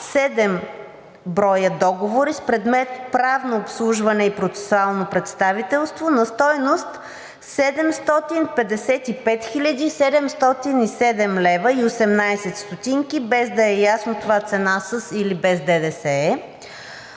броя договори с предмет „Правно обслужване и процесуално представителство“ на стойност 755 707,18 лв., без да е ясно това цена със или без ДДС